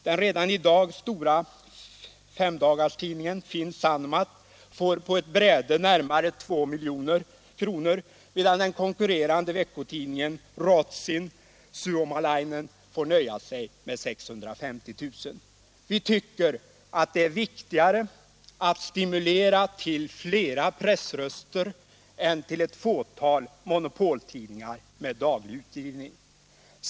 Den redan i dag stora femdagarstidningen Finn Sanomat får på ett bräde närmare 2 milj.kr., medan den konkurrerande veckotidningen Ruotsin Suomalainen får nöja sig med 650 000 kr. Vi tycker att det är viktigare att stimulera till flera pressröster än till ett fåtal monopoltidningar med daglig utgivning.